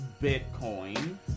Bitcoin